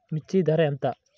మిర్చి ధర ఎంత?